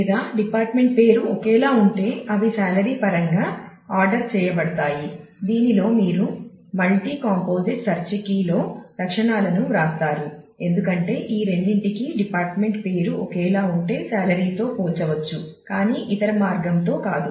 లేదా డిపార్ట్మెంట్ పేరు ఒకేలా ఉంటే అవి సాలరీ పరంగా ఆర్డర్ చేయబడతాయి దీనిలో మీరు మల్టీ కాంపోజిట్ సెర్చ్ కీ లో లక్షణాలను వ్రాస్తారు ఎందుకంటే ఈ రెండింటికి డిపార్ట్మెంట్ పేరు ఒకేలా ఉంటే సాలరీతో పోల్చవచ్చు కానీ ఇతర మార్గంతో కాదు